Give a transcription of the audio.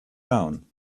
down